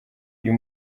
uyu